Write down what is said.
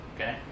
okay